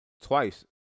twice